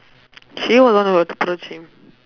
she was the one who approached him